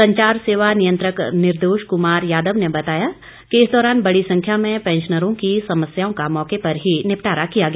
संचार सेवा नियंत्रक निर्दोष कुमार यादव ने बताया कि इस दौरान बड़ी संख्या में पैंशनरों की समस्याओं का मौके पर ही निपटारा किया गया